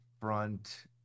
front